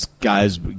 guys